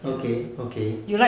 okay okay